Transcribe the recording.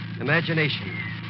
Imagination